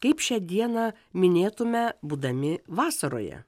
kaip šią dieną minėtume būdami vasaroje